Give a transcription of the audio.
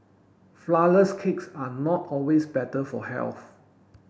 flourless cakes are not always better for health